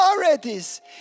authorities